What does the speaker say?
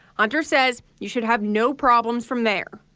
under says you should have no problems from there.